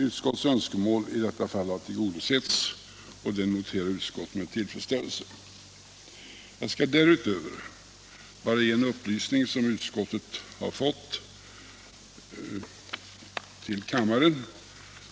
Jag skall därutöver bara ge kammaren en upplysning som utskottet har fått.